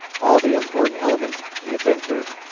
all the important elements, the adventure,